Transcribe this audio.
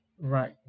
right